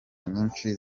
nyinshi